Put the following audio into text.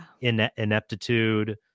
ineptitude